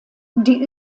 die